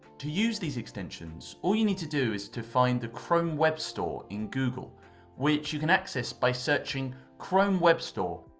to use these extensions all you need to do is find the chrome web store in google which you can access by searching chrome web store